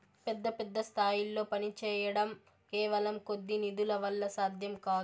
పెద్ద పెద్ద స్థాయిల్లో పనిచేయడం కేవలం కొద్ది నిధుల వల్ల సాధ్యం కాదు